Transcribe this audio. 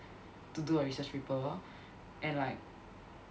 to do a research paper and like